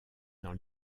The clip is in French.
dans